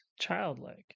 childlike